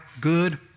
good